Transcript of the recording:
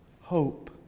hope